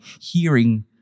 hearing